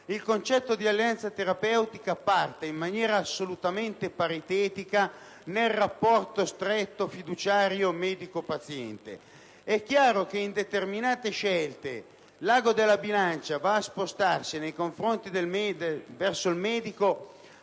Il concetto di alleanza terapeutica parte in maniera assolutamente paritetica nel rapporto fiduciario medico-paziente. È chiaro che, per determinate scelte, l'ago della bilancia si sposta verso il medico